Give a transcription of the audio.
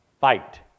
Fight